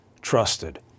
trusted